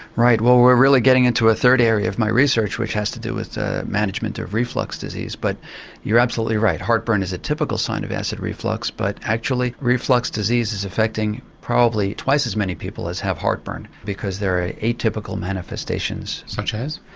right. well we're really getting into a third area of my research, which has to do with management of reflux disease. but you're absolutely right. heartburn is a typical sign of acid reflux but actually reflux disease is affecting probably twice as many people as have heartburn, because there are atypical manifestations. such as?